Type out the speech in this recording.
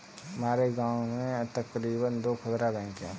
हमारे गांव में तकरीबन दो खुदरा बैंक है